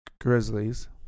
Grizzlies